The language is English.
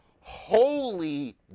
holy